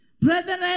brethren